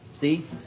See